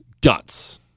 guts